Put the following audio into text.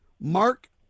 Mark